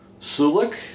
Sulik